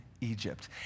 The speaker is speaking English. Egypt